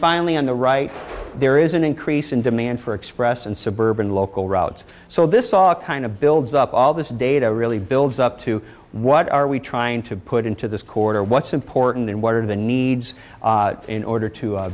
finally on the right there is an increase in demand for express and suburban local routes so this all kind of builds up all this data really builds up to what are we trying to put into this quarter what's important and what are the needs in order to